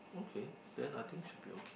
okay then I think should be okay